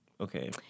Okay